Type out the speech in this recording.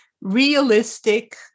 realistic